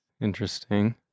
Interesting